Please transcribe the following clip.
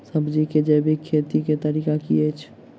सब्जी केँ जैविक खेती कऽ तरीका की अछि?